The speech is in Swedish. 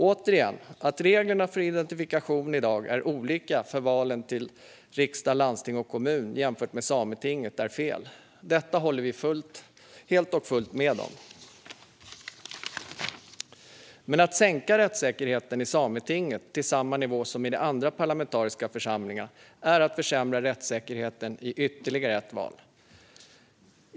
Återigen: att reglerna för identifikation i dag är olika för valen till riksdag, landsting och kommun jämfört med dem för valet till Sametinget är fel. Detta håller vi helt och fullt med om. Men att sänka rättssäkerheten för Sametinget till samma nivå som för de andra parlamentariska församlingarna är att försämra rättssäkerheten i ytterligare ett val.